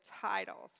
titles